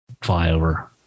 flyover